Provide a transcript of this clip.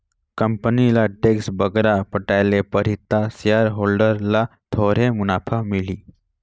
company ल tax बगरा पटाए ले परही ता सेयर होल्डर ल थोरहें मुनाफा मिलही